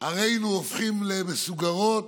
ערינו הופכות למסוגרות,